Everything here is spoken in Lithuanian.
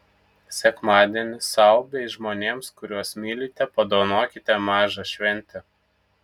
sekmadienį sau bei žmonėms kuriuos mylite padovanokite mažą šventę